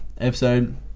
episode